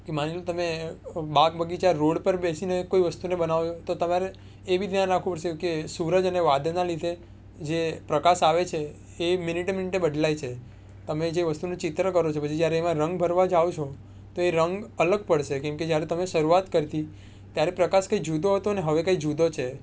કે માની લો તમે બાગ બગીચા રોડ પર બેસીને કોઈ વસ્તુને બનાવો છો તો તમારે એ બી ધ્યાન રાખવું પડશે કે સૂરજ અને વાદળના લીધે જે પ્રકાશ આવે છે એ મિનિટે મિનિટે બદલાય છે તમે જે વસ્તુને ચિત્ર કરો છો પછી જ્યારે એમાં રંગ ભરવા જાઓ છો તો એ રંગ અલગ પડશે કેમ કે જ્યારે તમે શરૂઆત કરતી ત્યારે પ્રકાશ કંઈ જૂદો હતો ને હવે કંઈ જૂદો છે